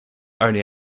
only